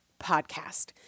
podcast